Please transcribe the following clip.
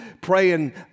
praying